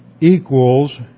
equals